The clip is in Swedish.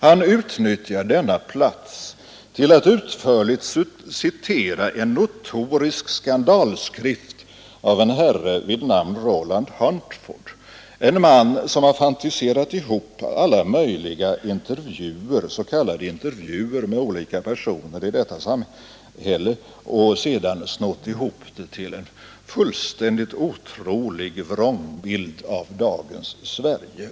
Han utnyttjar denna plats till att utförligt citera en notorisk skandalskrift av en herre vid namn Roland Huntford — en man som har fantiserat ihop alla möjliga s.k. intervjuer med olika personer i detta samhälle och sedan snott ihop dem till en fullständigt otrolig vrångbild av dagens Sverige.